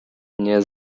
nie